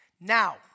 Now